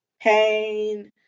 pain